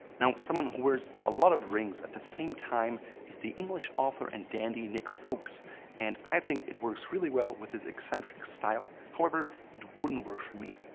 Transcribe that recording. now, someone who wears a lot of rings at the same time is the english author and dandy, nick foulkes and i think it works really well with his eccentric style, however, it wouldn't work for me.